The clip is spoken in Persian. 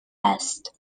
است